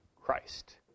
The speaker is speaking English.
Christ